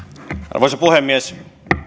arvoisa puhemies